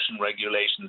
regulations